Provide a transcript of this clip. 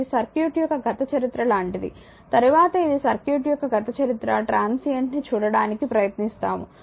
ఇది సర్క్యూట్ యొక్క గత చరిత్ర లాంటిది తరువాత ఇది సర్క్యూట్ యొక్క గత చరిత్ర ట్రాన్షియంట్ ని చూడటానికి ప్రయత్నిస్తాము